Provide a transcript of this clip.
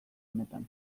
honetan